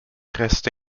reste